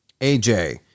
AJ